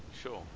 sure